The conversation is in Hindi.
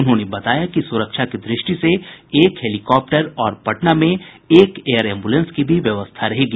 उन्होंने बताया कि सुरक्षा की दृष्टि से एक हेलीकॉप्टर और पटना में एक एयर एम्बुलेंस की भी व्यवस्था रहेगी